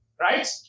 Right